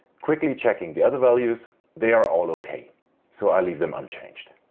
quickly checking the other values they are al ok so i leave them unchanged.